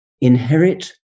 inherit